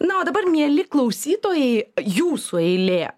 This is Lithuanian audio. na o dabar mieli klausytojai jūsų eilė